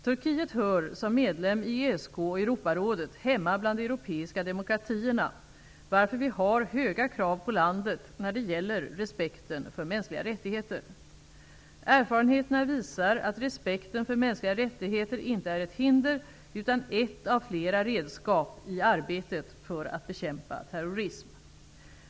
Turkiet hör, som medlem i ESK och Europarådet, hemma bland de europeiska demokratierna, varför vi har höga krav på landet när det gäller respekten för mänskliga rättigheter. Erfarenheterna visar att respekten för mänskliga rättigheter inte är ett hinder, utan ett av flera redskap, i arbetet för att bekämpa terrorism.